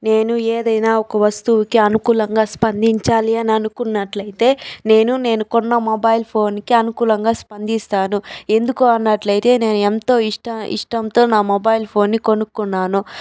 నేను ఏదైనా ఒక వస్తువుకి అనుకూలంగా స్పందించాలి అని అనుకున్నట్లైతే నేను నేను కొన్న మొబైల్ ఫోన్ కి అనుకూలంగా స్పందిస్తాను ఎందుకు అన్నట్లైతే నేను ఎంతో ఇష్ట ఇష్టంతో నా మొబైల్ ఫోన్ ని కొనుక్కున్నాను